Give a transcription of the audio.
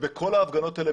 ובכל ההפגנות האלה,